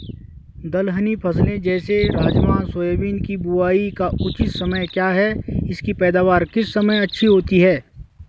दलहनी फसलें जैसे राजमा सोयाबीन के बुआई का उचित समय क्या है इसकी पैदावार किस समय अच्छी होती है?